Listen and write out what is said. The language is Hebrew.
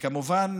כמובן,